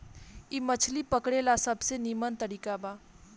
इ मछली पकड़े ला सबसे निमन तरीका बा